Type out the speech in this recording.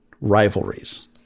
rivalries